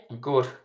Good